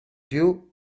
più